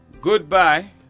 goodbye